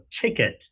ticket